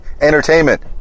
Entertainment